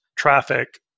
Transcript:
traffic